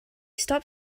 stop